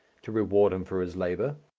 to reward him for his labour.